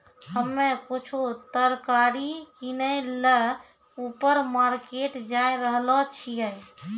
हम्मे कुछु तरकारी किनै ल ऊपर मार्केट जाय रहलो छियै